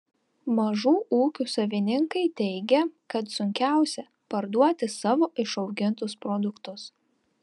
mažų ūkių savininkai teigia kad sunkiausia parduoti savo išaugintus produktus